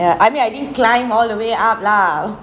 I mean I didn't climb all the way up lah